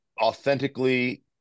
authentically